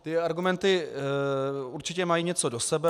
Ty argumenty určitě mají něco do sebe.